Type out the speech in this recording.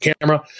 camera